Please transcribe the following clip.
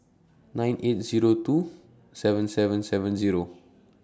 nine eight Zero two seven seven seven Zero